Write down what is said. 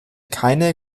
keine